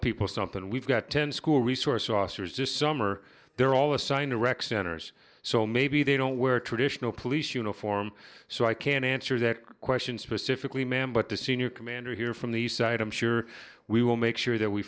people something we've got ten school resource officers just summer they're all assigned to rec centers so maybe they don't wear traditional police uniform so i can't answer that question specifically ma'am but the senior commander here from the site i'm sure we will make sure that we